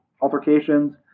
altercations